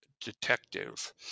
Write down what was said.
detective